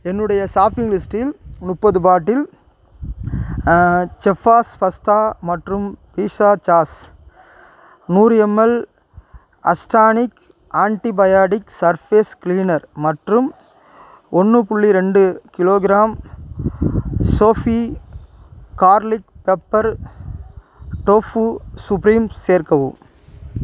என்னுடைய ஷாப்பிங் லிஸ்ட்டில் முப்பது பாட்டில் செஃப்பாஸ் பாஸ்தா மற்றும் பீட்ஸா சாஸ் நூறு ML Astonish antibiotic surface cleaner மற்றும் ஒன்று புள்ளி ரெண்டு kilogram Sophie garlic pepper tofu supreme சேர்க்கவும்